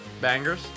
Bangers